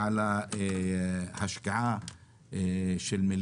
לעניין הפקקים בנמל